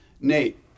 Nate